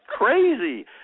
crazy